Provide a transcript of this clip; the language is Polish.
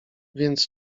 więc